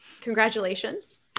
congratulations